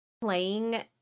playing